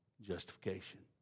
justification